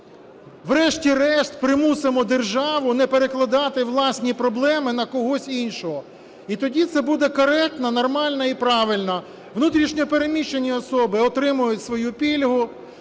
врешті-решт, примусимо державу не перекладати власні проблеми на когось іншого. І тоді це буде коректно, нормально і правильно. Внутрішньо переміщені особи отримають свою пільгу,